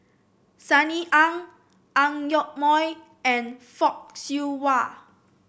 Sunny Ang Ang Yoke Mooi and Fock Siew Wah